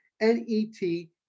N-E-T